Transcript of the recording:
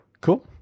Cool